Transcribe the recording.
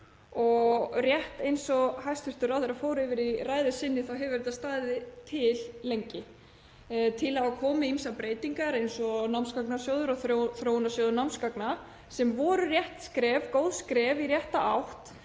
rétt eins og hæstv. ráðherra fór yfir í ræðu sinni hefur þetta staðið til lengi. Það hafa orðið ýmsar breytingar eins og námsgagnasjóður og þróunarsjóður námsgagna sem voru rétt skref, góð skref í rétta átt,